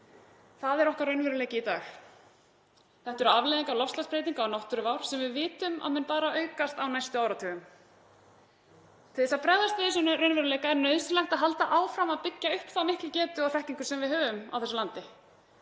er okkar raunveruleiki í dag. Þetta eru afleiðingar loftslagsbreytinga og náttúruvár sem við vitum að mun bara aukast á næstu áratugum. Til þess að bregðast við þessum raunveruleika er nauðsynlegt að halda áfram að byggja upp þá miklu getu og þekkingu sem við höfum á þessu landi.